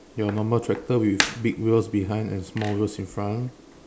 your normal tractor with big wheels behind and small wheels in front